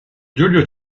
giulio